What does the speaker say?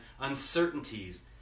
uncertainties